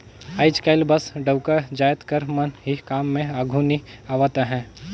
आएज काएल बस डउका जाएत कर मन ही काम में आघु नी आवत अहें